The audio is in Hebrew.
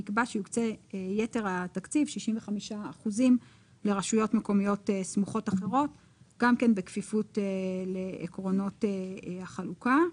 נקבע שיוקצה 65% לרשויות מקומיות סמוכות אחרות בכפוף לעקרונות החלוקה.